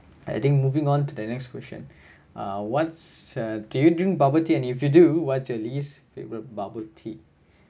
I think moving on to the next question uh what's uh can you drink bubble tea and if you do what's your least favorite bubble tea